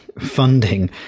Funding